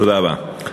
תודה רבה.